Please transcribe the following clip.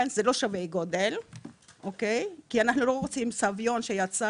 זה לא שווה גודל כי אנחנו לא רוצים סביון שיצא